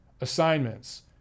assignments